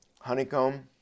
Honeycomb